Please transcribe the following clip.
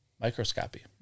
Microscopy